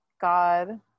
God